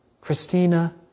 Christina